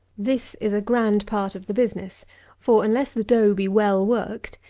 this is a grand part of the business for, unless the dough be well worked,